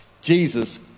Jesus